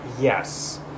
Yes